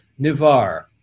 Nivar